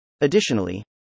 Additionally